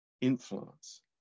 influence